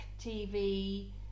TV